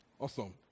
Awesome